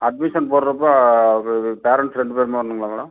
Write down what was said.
admission போடுறப்போ இது parents ரெண்டு பேருமே வரனும்ங்களா மேடம்